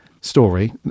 story